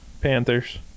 Panthers